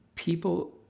People